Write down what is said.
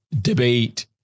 debate